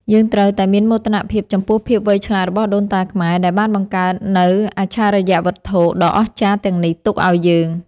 យើងត្រូវតែមានមោទនភាពចំពោះភាពវៃឆ្លាតរបស់ដូនតាខ្មែរដែលបានបង្កើតនូវអច្ឆរិយវត្ថុដ៏អស្ចារ្យទាំងនេះទុកឱ្យយើង។